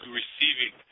receiving